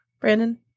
Brandon